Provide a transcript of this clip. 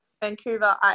Vancouver